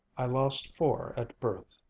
i lost four at birth.